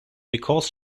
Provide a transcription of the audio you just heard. because